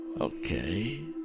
Okay